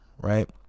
right